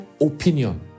opinion